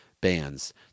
bands